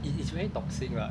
it is very toxic lah